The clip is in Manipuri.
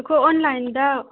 ꯑꯩꯈꯣꯏ ꯑꯣꯟꯂꯥꯏꯟꯗ